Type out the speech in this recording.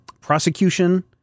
prosecution